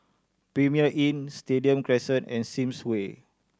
Premier Inn Stadium Crescent and Sims Way